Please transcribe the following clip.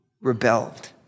rebelled